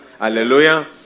Hallelujah